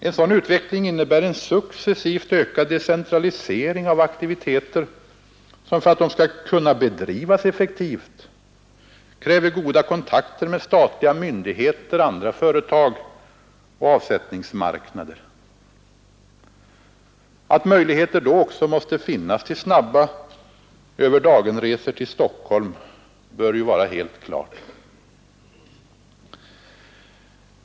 En sådan utveckling innebär en successivt ökad decentralisering av aktiviteter som för att de skall kunna bedrivas effektivt kräver goda kontakter med statliga myndigheter, andra företag och avsättningsmarknader. Att möjligheter då också måste finnas till snabba överdagenresor till Stockholm bör vara helt klart.